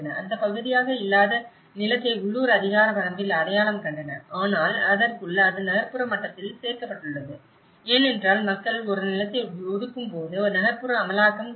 அந்த பகுதியாக இல்லாத நிலத்தை உள்ளூர் அதிகார வரம்பில் அடையாளம் கண்டன ஆனால் அதற்குள் அது நகர்ப்புற மட்டத்தில் சேர்க்கப்பட்டுள்ளது ஏனென்றால் மக்கள் ஒரு நிலத்தை ஒதுக்கும்போது நகர்ப்புற அமலாக்கம் இல்லை